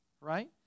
right